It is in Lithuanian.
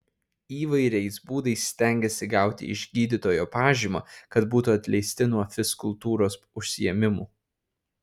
įvairiais būdais stengiasi gauti iš gydytojo pažymą kad būtų atleisti nuo fizkultūros užsiėmimų